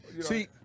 See